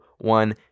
one